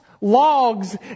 logs